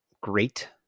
great